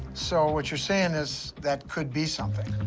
so what you're saying is, that could be something.